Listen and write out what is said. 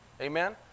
Amen